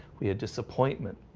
we had disappointment